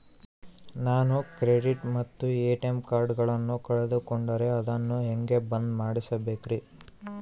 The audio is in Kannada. ನಾನು ಕ್ರೆಡಿಟ್ ಮತ್ತ ಎ.ಟಿ.ಎಂ ಕಾರ್ಡಗಳನ್ನು ಕಳಕೊಂಡರೆ ಅದನ್ನು ಹೆಂಗೆ ಬಂದ್ ಮಾಡಿಸಬೇಕ್ರಿ?